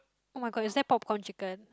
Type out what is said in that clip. [oh]-my-god is that popcorn chicken